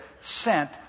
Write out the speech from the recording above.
sent